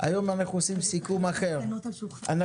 היום אנחנו עושים סיכום אחר, למה?